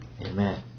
Amen